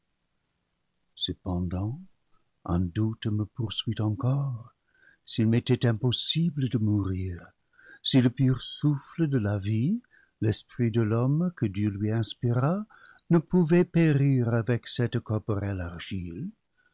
cependant un doute me poursuit encore s'il m'était im possible de mourir si le pur souffle de la vie l'esprit de l'homme que dieu lui inspira ne pouvait périr avec celte corporelle argile